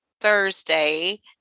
Thursday